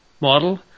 model